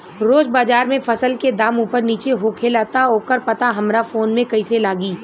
रोज़ बाज़ार मे फसल के दाम ऊपर नीचे होखेला त ओकर पता हमरा फोन मे कैसे लागी?